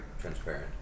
transparent